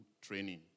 training